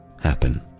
happen